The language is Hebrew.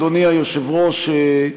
אדוני היושב-ראש,